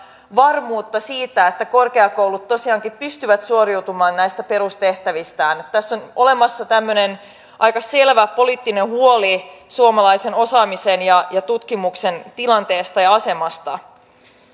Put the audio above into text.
varmuutta siitä että korkeakoulut tosiaankin pystyvät suoriutumaan näistä perustehtävistään tässä on olemassa tämmöinen aika selvä poliittinen huoli suomalaisen osaamisen ja ja tutkimuksen tilanteesta ja asemasta